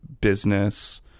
business